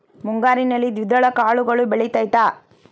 ಮುಂಗಾರಿನಲ್ಲಿ ದ್ವಿದಳ ಕಾಳುಗಳು ಬೆಳೆತೈತಾ?